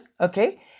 Okay